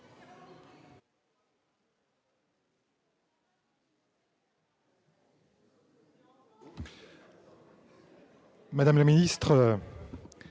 Madame la ministre,